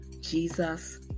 Jesus